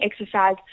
exercise